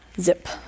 Zip